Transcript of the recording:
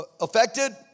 affected